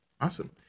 Awesome